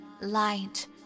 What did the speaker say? light